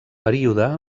període